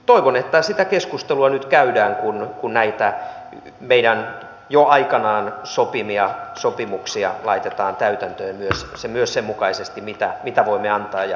toivon että sitä keskustelua nyt käydään kun näitä meidän jo aikanaan sopimiamme sopimuksia laitetaan täytäntöön myös sen mukaisesti mitä voimme antaa ja mitä voimme saada